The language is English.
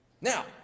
Now